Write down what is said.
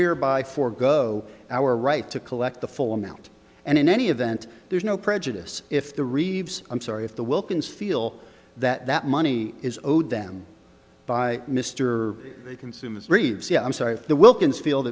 hear by for go our right to collect the full amount and in any event there's no prejudice if the reeves i'm sorry if the wilkins feel that that money is owed them by mr consumers reeves yeah i'm sorry if the wilkins feel